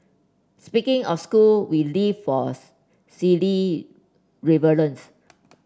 speaking of school we live force silly rivalries